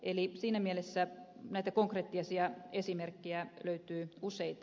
eli siinä mielessä näitä konkreettisia esimerkkejä löytyy useita